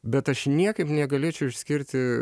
bet aš niekaip negalėčiau išskirti